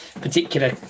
particular